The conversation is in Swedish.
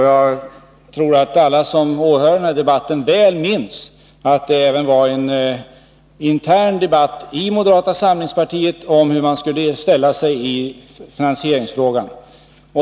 Jag tror att alla som åhör denna debatt kan minnas att det även förekom en intern debatt inom moderata samlingspartiet om hur man skulle ställa sig i finansieringsfrågan.